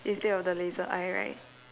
instead of the laser eye right